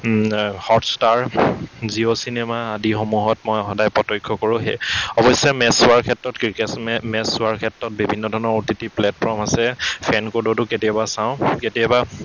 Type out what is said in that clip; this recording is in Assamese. হটষ্টাৰ জিঅ' চিনেমা আদিসমূহত মই সদায় প্ৰত্যক্ষ কৰোঁ সেই অৱশ্যে মেচ হোৱাৰ ক্ষেত্ৰত ক্ৰিকেট মেচ চোৱাৰ ক্ষেত্ৰত বিভিন্ন ধৰণৰ অ' টি টি প্লেটফৰ্ম আছে ফেন কোডতো কেতিয়াবা চাওঁ কেতিয়াবা